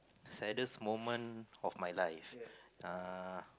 saddest moment of my life uh